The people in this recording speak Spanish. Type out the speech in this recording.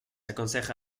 aconseja